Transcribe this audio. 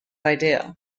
idea